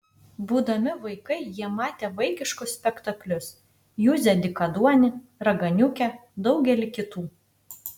būdami vaikai jie matė vaikiškus spektaklius juzę dykaduonį raganiukę daugelį kitų